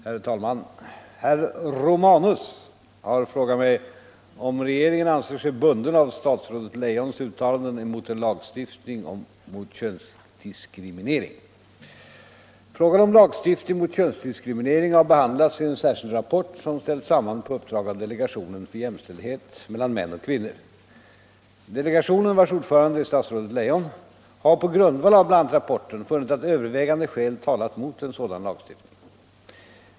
Herr talman! Herr Romanus har frågat mig om regeringen anser sig bunden av statsrådet Leijons uttalanden emot en lagstiftning mot könsdiskriminering. Frågan om lagstiftning mot könsdiskriminering har behandlats i en särskild rapport som ställts samman på uppdrag av delegationen för jämställdhet mellan män och kvinnor. Delegationen — vars ordförande är statsrådet Leijon — har på grundval av bl.a. rapporten funnit att övervägande skäl talat mot en sådan lagstiftning.